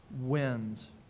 wins